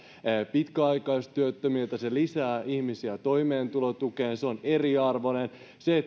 pitkäaikaistyöttömiltä se lisää ihmisiä toimeentulotukeen se on eriarvoinen